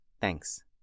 Thanks